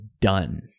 done